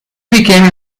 became